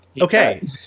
Okay